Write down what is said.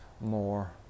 more